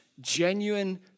genuine